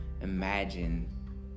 imagine